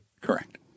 correct